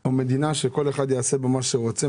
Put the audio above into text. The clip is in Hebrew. או מדינה שכל אחד יעשה בה מה שהוא רוצה,